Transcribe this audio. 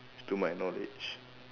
to my knowledge